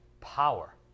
power